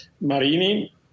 Marini